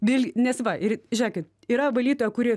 vėl nes va ir žiūrėkit yra valytoja kuri